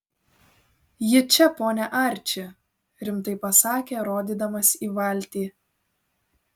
ji čia pone arči rimtai pasakė rodydamas į valtį